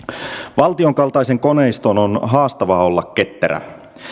valtion kaltaisen koneiston on haastavaa olla ketterä